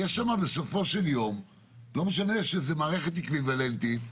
לא משנה שזאת מערכת אקוויוולנטית,